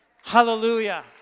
Hallelujah